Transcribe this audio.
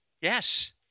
yes